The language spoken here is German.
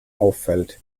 auffällt